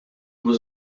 was